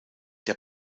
der